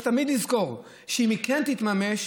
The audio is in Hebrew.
צריך תמיד לזכור שאם היא כן תתממש,